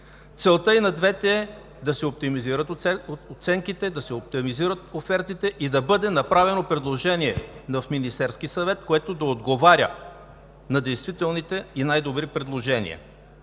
Целта и на двете е да се оптимизират оценките, да се оптимизират офертите и да бъде направено предложение в Министерския съвет, което да отговаря на действителните и най-добри предложения.